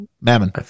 Mammon